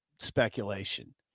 speculation